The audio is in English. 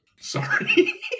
Sorry